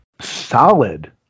solid